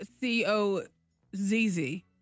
C-O-Z-Z